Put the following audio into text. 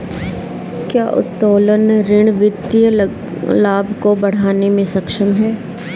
क्या उत्तोलन ऋण वित्तीय लाभ को बढ़ाने में सक्षम है?